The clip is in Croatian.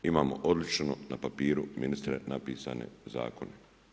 Imamo odlično, na papiru ministre napisane zakone.